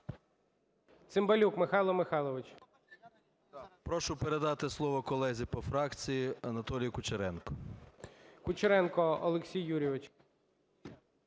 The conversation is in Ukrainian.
Прошу передати слово колезі по фракції Анатолію Кучеренку.